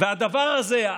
והדבר הזה,